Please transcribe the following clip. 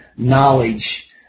knowledge